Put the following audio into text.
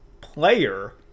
player